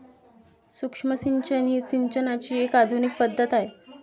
सूक्ष्म सिंचन ही सिंचनाची एक आधुनिक पद्धत आहे